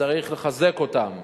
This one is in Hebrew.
וצריך לחזק אותם,